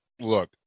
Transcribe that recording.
look